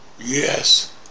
Yes